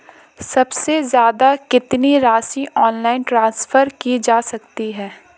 सबसे ज़्यादा कितनी राशि ऑनलाइन ट्रांसफर की जा सकती है?